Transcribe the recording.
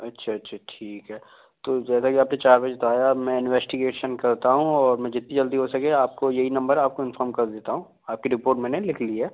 अच्छा अच्छा ठीक है तो जैसा कि आपने चार बजे बताया अब मैं इंवेस्टिगेशन करता हूँ और मैं जितनी जल्दी हो सके आपको यही नंबर अपको इंफ़ॉर्म कर देता हूँ आपकी रिपोर्ट मैंने लिख ली है